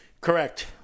Correct